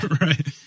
Right